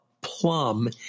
plum